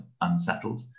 unsettled